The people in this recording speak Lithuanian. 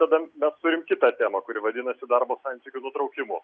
tada mes turim kitą temą kuri vadinasi darbo santykių nutraukimu